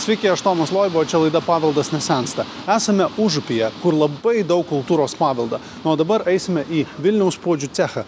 sveiki aš tomas loiba o čia laida paveldas nesensta esame užupyje kur labai daug kultūros paveldo na o dabar eisime į vilniaus puodžių cechą